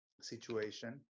situation